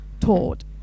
taught